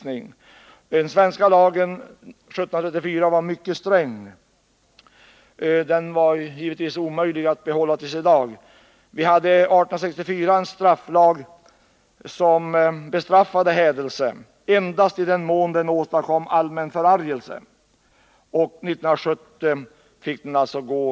Den svenska lagen från 1734 var mycket sträng. Givetvis har det varit omöjligt att behålla den fram till i dag. 1864 års strafflag gällde bestraffning för hädelse endast i den mån den åstadkom allmän förargelse. 1970 upphävdes denna lag.